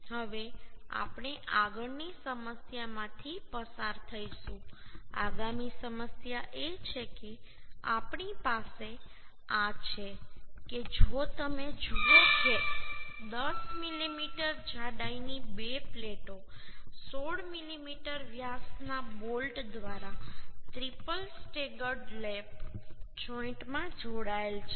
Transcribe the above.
હવે આપણે આગળની સમસ્યામાંથી પસાર થઈશું આગામી સમસ્યા એ છે કે આપણી પાસે આ છે કે જો તમે જુઓ કે 10 મીમી જાડાઈની બે પ્લેટો 16 મીમી વ્યાસના બોલ્ટ દ્વારા ટ્રિપલ સ્ટેગર્ડ લેપ જોઈન્ટમાં જોડાયેલ છે